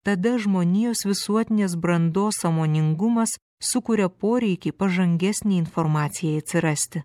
tada žmonijos visuotinės brandos sąmoningumas sukuria poreikį pažangesnei informacijai atsirasti